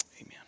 Amen